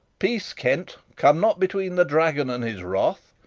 peace, kent! come not between the dragon and his wrath.